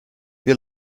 wir